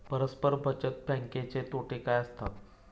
परस्पर बचत बँकेचे तोटे काय असतात?